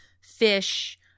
fish